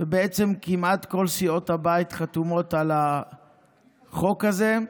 בעצם כמעט כל סיעות הבית חתומות על החוק הזה.